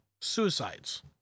suicides